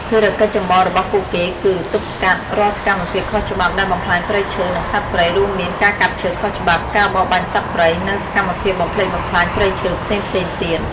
ភារកិច្ចចម្បងរបស់ពួកគេគឺ ទប់ស្កាត់ រាល់សកម្មភាពខុសច្បាប់ដែលបំផ្លាញព្រៃឈើ និងសត្វព្រៃ រួមមាន ការកាប់ឈើខុសច្បាប់ ការបរបាញ់សត្វព្រៃ និងសកម្មភាពបំផ្លិចបំផ្លាញព្រៃឈើផ្សេងៗទៀត។